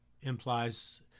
implies